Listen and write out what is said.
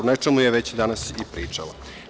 O nečemu je već danas i pričala.